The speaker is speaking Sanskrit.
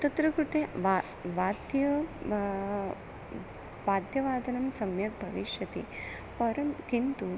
तत्र कृते वा वाद्यं वाद्यवादनं सम्यक् भविष्यति परन्तु किन्तु